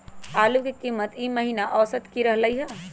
आलू के कीमत ई महिना औसत की रहलई ह?